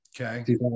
okay